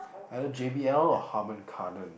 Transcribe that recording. either J_B_L or Harman-Cardon